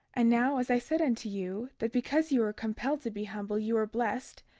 and now, as i said unto you, that because ye were compelled to be humble ye were blessed,